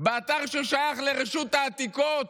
באתר ששייך לרשות העתיקות,